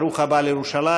ברוך הבא לירושלים,